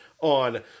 on